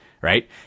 Right